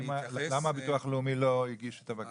למה הביטוח לאומי לא הגיש את הבקשה?